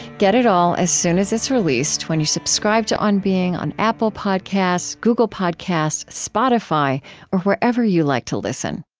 get it all as soon as it's released when you subscribe to on being on apple podcasts, google podcasts, spotify or wherever you like to listen